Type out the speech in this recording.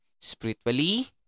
spiritually